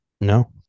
No